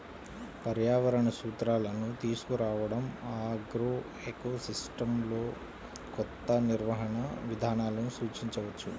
పర్యావరణ సూత్రాలను తీసుకురావడంఆగ్రోఎకోసిస్టమ్లోకొత్త నిర్వహణ విధానాలను సూచించవచ్చు